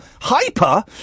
Hyper